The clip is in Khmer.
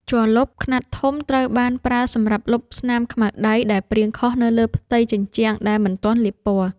ជ័រលុបខ្នាតធំ ត្រូវបានប្រើសម្រាប់លុបស្នាមខ្មៅដៃដែលព្រាងខុសនៅលើផ្ទៃជញ្ជាំងដែលមិនទាន់លាបពណ៌។